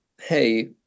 hey